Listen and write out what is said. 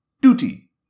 duty